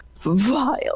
Vile